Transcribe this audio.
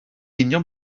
union